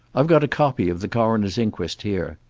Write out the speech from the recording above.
i've got a copy of the coroner's inquest here.